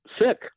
sick